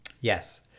Yes